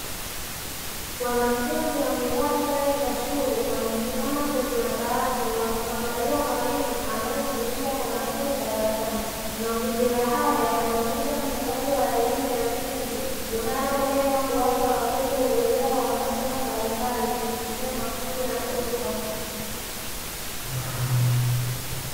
Wanafunzi wamevaa sare za shule wamesimama kwenye madawati, wakimwangalia mwalimu anayefundisha kwa makini darsani. Mazingira haya yanaonyesha mchakato wa elimu ya msingi, unaolenga kuwapa watoto uelewa wa masomo mbalimbali, kupitia mafunzo ya moja kwa moja.